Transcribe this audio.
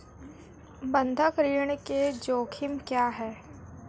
बंधक ऋण के जोखिम क्या हैं?